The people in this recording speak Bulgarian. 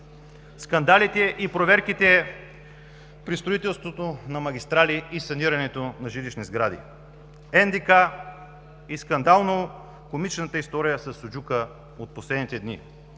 скандалите и проверките при строителството на магистрали и санирането на жилищни сгради, НДК и скандално комичната история със суджука от последните дни.